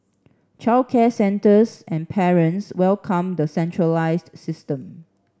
childcare centres and parents welcomed the centralised system